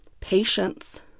Patience